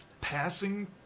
passing